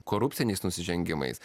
korupciniais nusižengimais